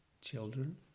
Children